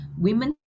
Women